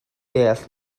deall